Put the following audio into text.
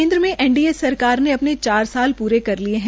केन्द्र में एनडीए सरकार ने अपने चार साल पूरे कर लिये है